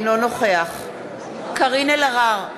אינו נוכח קארין אלהרר,